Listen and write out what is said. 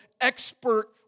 expert